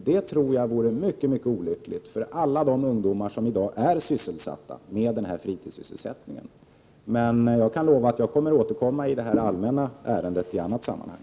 Det är mycket olyckligt för alla de ungdomar som i dag har denna fritidssysselsättning. Jag kan lova att jag skall återkomma i denna fråga i annat sammanhang.